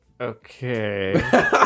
Okay